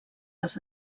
els